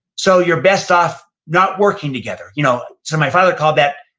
so you're best off not working together. you know so my father called that,